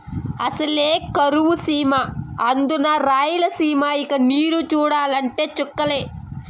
అసలే కరువు సీమ అందునా రాయలసీమ ఇక నీరు చూడాలంటే చుక్కలే